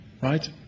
right